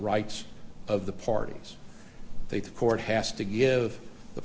rights of the parties they to court has to give the